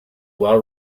well